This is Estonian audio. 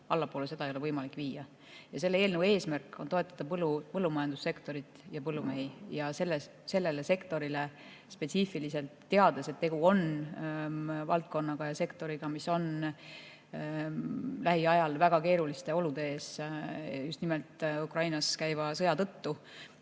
Allapoole seda ei ole võimalik viia. Ja selle eelnõu eesmärk on toetada põllumajandussektorit ja põllumehi. Ja seda sektorit spetsiifiliselt, teades, et tegu on sektoriga, mis seisab lähiajal väga keeruliste olude ees just nimelt Ukrainas käiva sõja tõttu.